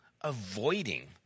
avoiding